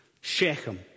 Shechem